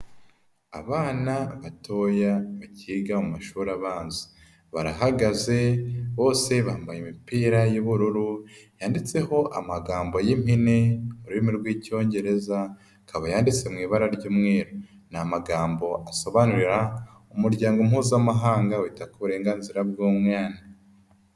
Abana batoya bakiga mu mumashuri abanza, barahagaze bose bambaye imipira y'ubururu yanditseho amagambo y'impine mu rurimi rw'icyongereza, akaba yanditse mu ibara ry'umweru, ni amagambo asobanurira umuryango mpuzamahanga wita ku burenganzira bw'umwana.